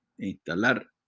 instalar